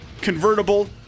convertible